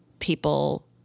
People